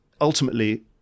ultimately